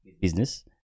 business